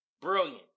Brilliant